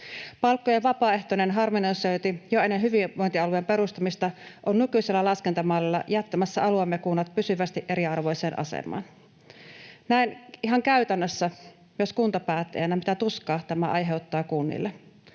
Palkkojen vapaaehtoinen harmonisointi jo ennen hyvinvointialueen perustamista on nykyisellä laskentamallilla jättämässä alueemme kunnat pysyvästi eriarvoiseen asemaan. Näen ihan käytännössä myös kuntapäättäjänä, mitä tuskaa tämä aiheuttaa kunnille.